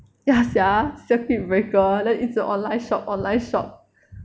ya sia circuit breaker then 一直 online shop online shop